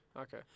okay